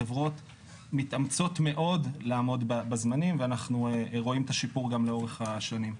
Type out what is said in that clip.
החברות מתאמצות מאוד לעמוד בזמנים ואנחנו רואים את השיפור לאורך השנים.